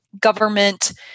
government